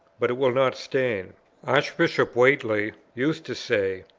but it will not stain archbishop whately used to say,